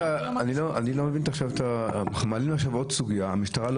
אנחנו מעלים עכשיו עוד סוגיה שהמשטרה לא